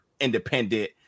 independent